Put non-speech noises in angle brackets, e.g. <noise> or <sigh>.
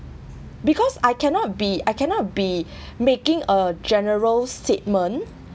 because I cannot be I cannot be <breath> making a general statement